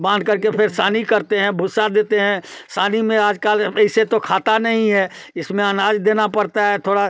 बांध करके फिर सानी करते हैं भूसा देते हैं सानी में आजकल ऐसे तो खाता नहीं है इसमें अनाज देना पड़ता है थोड़ा